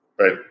right